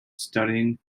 studying